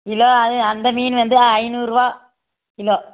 kilo அது அந்த மீன் வந்து ஐந்நூறுரூவா கிலோ